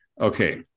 Okay